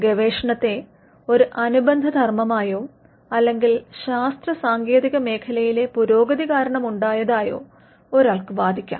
ഗവേഷണത്തെ ഒരു അനുബന്ധ ധർമമായോ അല്ലെങ്കിൽ ശാസ്ത്ര സാങ്കേതിക മേഖലയിലെ പുരോഗതി കാരണം ഉണ്ടായതായോ ഒരാൾക്ക് വാദിക്കാം